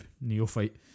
neophyte